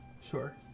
Sure